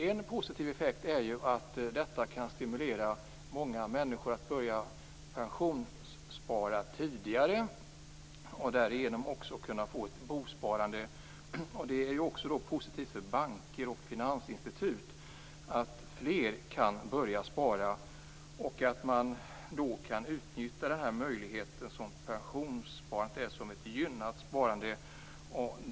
En positiv effekt är att det kan stimulera många människor att börja att pensionsspara tidigare för att de därigenom också skall kunna få ett bostadssparande. Det är positivt för banker och finansinstitut att fler börjar att spara. Då kan man utnyttja den möjligheten som pensionssparandet som ett gynnat sparande ger.